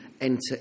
enter